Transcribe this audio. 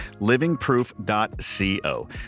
livingproof.co